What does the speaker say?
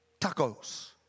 tacos